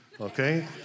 okay